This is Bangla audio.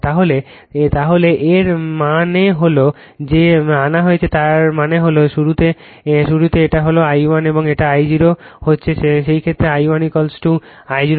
তাহলে এর মানে হল যেটা আনা হয়েছে তার মানে হল শুরুতে এটা হল I1 এবং এই I0 হচ্ছে সেই ক্ষেত্রে I1 I0 I2